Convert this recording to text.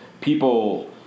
people